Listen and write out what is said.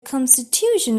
constitution